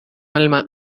alma